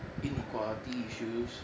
inequality issues